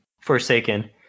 Forsaken